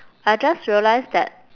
I just realised that